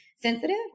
sensitive